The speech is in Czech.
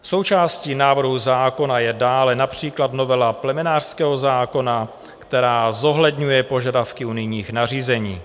Součástí návrhu zákona je dále například novela plemenářského zákona, která zohledňuje požadavky unijních nařízení.